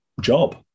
job